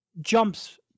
jumps